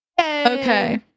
Okay